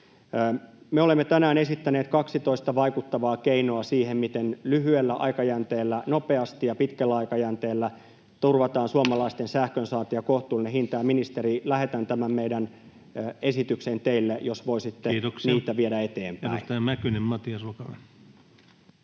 Me olemme tänään esittäneet 12 vaikuttavaa keinoa siihen, miten lyhyellä aikajänteellä nopeasti ja pitkällä aikajänteellä turvataan suomalaisten sähkönsaanti ja kohtuullinen hinta, ja, ministeri, lähetän tämän meidän esityksen teille, jos voisitte niitä viedä eteenpäin. [Speech 73] Speaker: Ensimmäinen